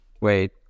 wait